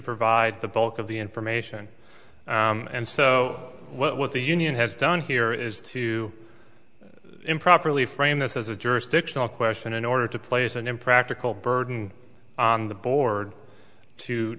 provide the bulk of the information and so what the union has done here is to improperly frame this as a jurisdictional question in order to place an impractical burden on the board to